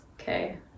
Okay